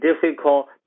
difficult